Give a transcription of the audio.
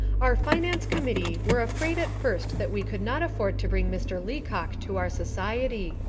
our finance committee were afraid at first that we could not afford to bring mr. leacock to our society.